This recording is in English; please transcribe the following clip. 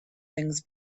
things